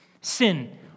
Sin